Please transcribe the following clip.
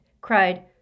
cried